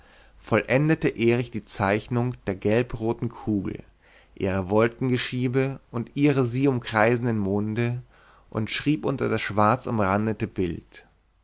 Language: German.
vollendete erich die zeichnung der gelbroten kugel ihrer wolkengeschiebe und ihrer sie umkreisenden monde und schrieb unter das schwarzumrandete bild